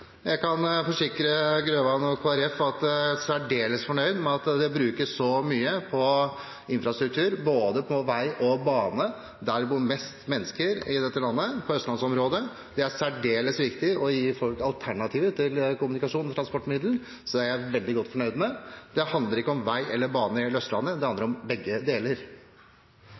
jeg er særdeles fornøyd med at det brukes så mye på infrastruktur, både på vei og på bane, der det bor flest mennesker i dette landet – i østlandsområdet. Det er særdeles viktig å gi folk alternativer til kommunikasjon med transportmidler, så det er jeg veldig godt fornøyd med. Det handler ikke om vei eller bane på hele Østlandet, det handler om begge deler.